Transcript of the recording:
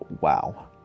wow